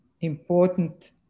important